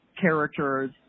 characters